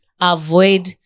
Avoid